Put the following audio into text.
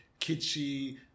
kitschy